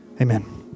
amen